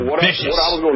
vicious